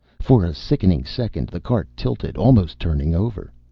for a sickening second the cart tilted, almost turning over.